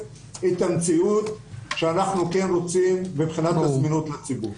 את המציאות שאנחנו כן רוצים מבחינת הזמינות לציבור.